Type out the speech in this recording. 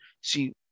See